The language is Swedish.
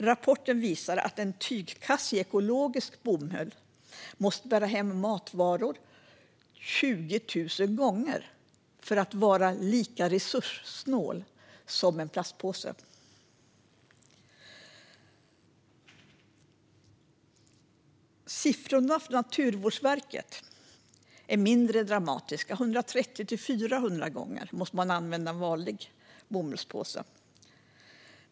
Rapporten visar att en tygkasse av ekologisk bomull måste bära hem matvaror 20 000 gånger för att vara lika resurssnål som en plastpåse. Siffror från Naturvårdsverket är mindre dramatiska. 130-400 gånger måste man använda en vanlig bomullspåse.